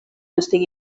estigui